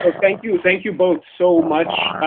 ah thank you thank you both so much.